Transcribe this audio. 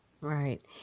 Right